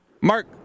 Mark